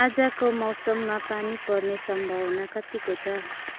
आजको मौसममा पानी पर्ने सम्भावना कत्तिको छ